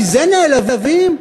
מזה נעלבים?